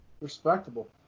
Respectable